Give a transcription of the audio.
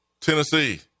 Tennessee